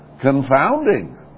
confounding